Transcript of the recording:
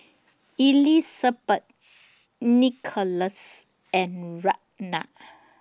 Elisabeth Nicolas and Ragna